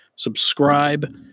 subscribe